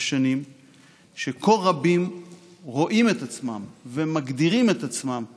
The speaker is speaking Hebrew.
בשנים שכה רבים רואים את עצמם ומגדירים את עצמם כתלמידיהם.